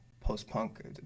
post-punk